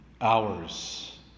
hours